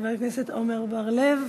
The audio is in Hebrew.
חבר הכנסת עמר בר-לב,